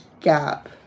gap